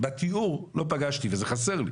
בתיאור לא פגשתי וזה חסר לי.